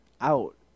out